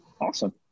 Awesome